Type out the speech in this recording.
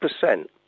percent